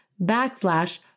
backslash